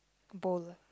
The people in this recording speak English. bowl